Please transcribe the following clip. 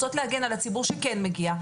רוצה להגן על הציבור שכן מגיע,